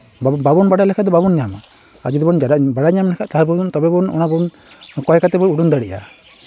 ᱵᱟᱵᱚᱱ ᱵᱟᱰᱟᱭ ᱞᱮᱠᱷᱟᱱ ᱫᱚ ᱵᱟᱵᱚᱱ ᱧᱟᱢᱟ ᱟᱨ ᱡᱚᱫᱤ ᱵᱚᱱ ᱵᱟᱲᱟᱭ ᱧᱟᱢ ᱞᱮᱠᱷᱟᱱ ᱛᱟᱦᱚᱞᱮ ᱵᱚᱱ ᱚᱱᱟ ᱵᱚᱱ ᱠᱚᱭ ᱠᱟᱛᱮᱫ ᱵᱚᱱ ᱩᱰᱩᱝ ᱫᱟᱲᱮᱭᱟᱜᱼᱟ